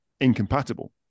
incompatible